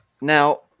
Now